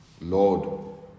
Lord